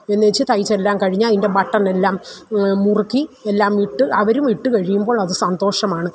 എന്നുവെച്ച് തയ്ച്ചെല്ലാം കഴിഞ്ഞ് അതിൻ്റെ ബട്ടണെല്ലാം മുറുക്കി എല്ലാമിട്ട് അവരുമിട്ട് കഴിയുമ്പോൾ അത് സന്തോഷമാണ്